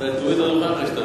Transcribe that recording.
הצעת חוק ניירות ערך (תיקון,